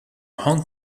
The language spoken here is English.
hong